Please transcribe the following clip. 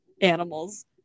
animals